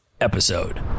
episode